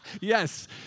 Yes